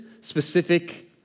specific